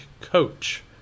coach